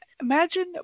Imagine